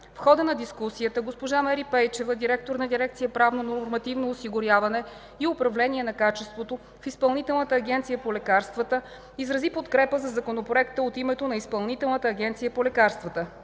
В хода на дискусията госпожа Мери Пейчева – директор на дирекция „Правно-нормативно осигуряване и управление на качеството” в Изпълнителната агенция по лекарствата, изрази подкрепа за Законопроекта от името на Изпълнителната агенция по лекарствата.